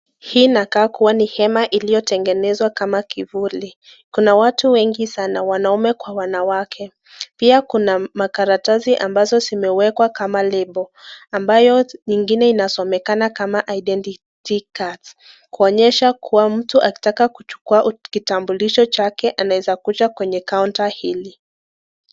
Hii inakaa kuwa ni hema iliyo tengenezwa kama kivuli, Kuna watu wengi sana wanaume kwa wanawake, pia Kuna makaratasi ambazo zimewekwa kama lebo ambayo ingine inasomekana kama ' identity card ' kuonyesha kuwa mtu akitaka kuchukua kitambulisho chake anaweza kuja kwenye kauta hii.